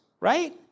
right